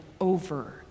over